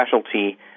specialty